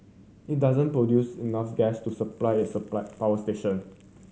it doesn't produce enough gas to supply its supply power station